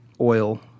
oil